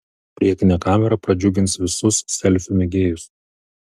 priekinė kamera pradžiugins visus selfių mėgėjus